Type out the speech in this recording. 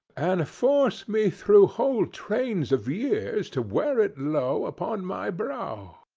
and force me through whole trains of years to wear it low upon my brow!